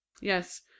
Yes